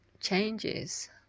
changes